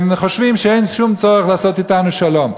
הם חושבים שאין שום צורך לעשות אתנו שלום.